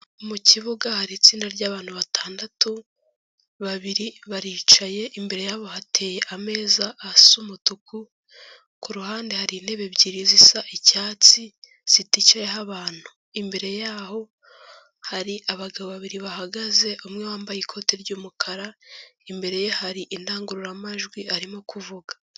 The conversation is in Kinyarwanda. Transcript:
Mu kibuga hari itsinda ry'abantu batandatu, babiri baricaye imbere yabo hateye ameza asa umutuku, ku ruhande hari intebe ebyiri zisa icyatsi ziticayeho abantu. Imbere yabo hari abagabo babiri bahagaze, umwe wambaye ikoti ry'umukara, imbere ye hari indangururamajwi arimo kuvuga.